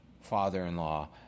father-in-law